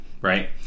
right